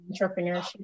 entrepreneurship